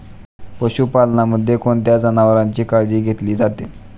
पशुपालनामध्ये कोणत्या जनावरांची काळजी घेतली जाते?